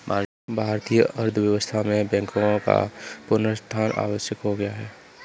भारतीय अर्थव्यवस्था में बैंकों का पुनरुत्थान आवश्यक हो गया है